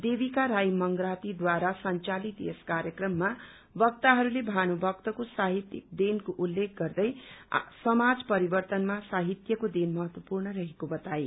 देविका राई मंग्रातीद्वारा संचालित यस कार्यक्रममा वक्ताहरूले भानुभक्तको साहित्यिक देनको उल्लेख गर्दै समाज परिवर्तनमा साहित्यको देन महत्वपूर्ण रहेको बताए